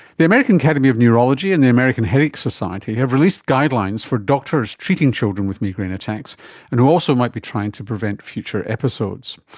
the american academy of neurology and american headache society have released guidelines for doctors treating children with migraine attacks and who also might be trying to prevent future episodes.